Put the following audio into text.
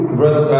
verse